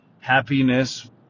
happiness